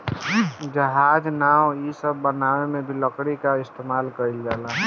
जहाज, नाव इ सब बनावे मे भी लकड़ी क इस्तमाल कइल जाला